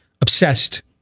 obsessed